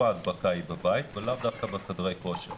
ההדבקה היא בבית ולאו דווקא בחדרי כושר.